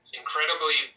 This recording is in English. incredibly